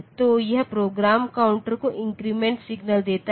तो यह program counter को इंक्रीमेंट सिग्नल देता है